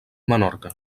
menorca